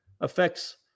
affects